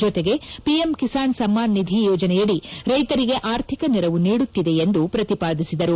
ಜತೆಗೆ ಪಿಎಂ ಕಿಸಾನ್ ಸಮ್ನಾನ್ ನಿಧಿ ಯೋಜನೆಯಡಿ ರೈತರಿಗೆ ಆರ್ಥಿಕ ನೆರವು ನೀಡುತ್ತಿದೆ ಎಂದು ಪ್ರತಿಪಾದಿಸಿದರು